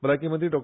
भलायकी मंत्री डॉ